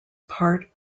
part